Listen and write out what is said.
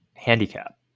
Handicap